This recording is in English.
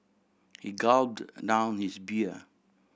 he gulped down his beer